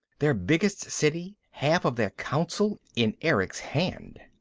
their biggest city, half of their council in erick's hand!